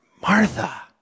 Martha